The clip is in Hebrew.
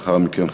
לאחר מכן,